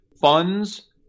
funds